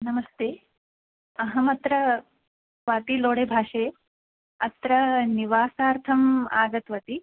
नमस्ते अहमत्र वार्तिलोडे भाषे अत्र निवासार्थम् आगतवती